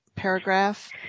paragraph